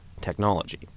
technology